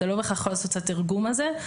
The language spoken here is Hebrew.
אתה לא בהכרח יכול לעשות את התרגום הזה.